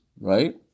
right